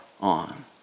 on